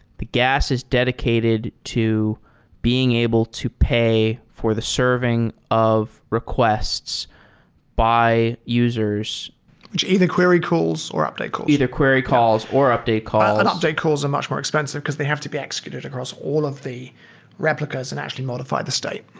the gas is dedicated to being able to pay for the serving of requests by users either query calls or update calls. either query calls or update calls. and updates calls are much more expensive because they have to be executed across all of the replicas and actually modify the state.